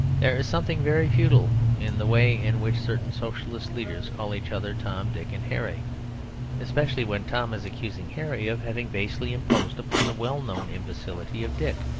there is something very futile in the way in which certain socialist leaders call each other tom, dick, and harry especially when tom is accusing harry of having basely imposed upon the well-known imbecility of dick.